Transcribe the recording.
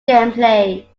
gameplay